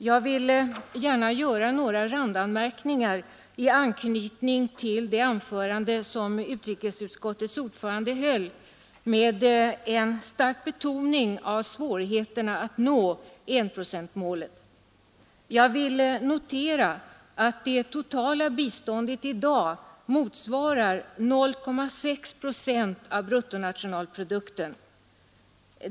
Jag vill gärna göra några randanmärkningar i anknytning till det anförande som utrikesutskottets ordförande höll med en stark betoning av svårigheterna att nå enprocentsmålet. Jag vill notera att det totala biståndet i dag motsvarar 0,6 procent av bruttonationalprodukten.